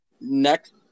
Next